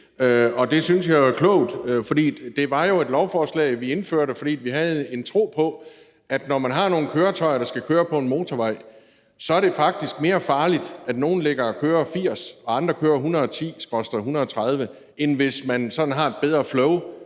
Det synes jeg jo er klogt, for det var et lovforslag, vi indførte, fordi vi havde en tro på, at når man har nogle køretøjer, der skal køre på en motorvej, så er det faktisk mere farligt, at nogle ligger og kører 80, mens andre kører 110/130, end hvis man sådan har et bedre flow